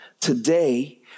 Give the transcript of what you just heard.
Today